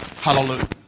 Hallelujah